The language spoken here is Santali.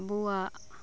ᱟᱵᱚᱣᱟᱜ